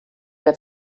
der